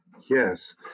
Yes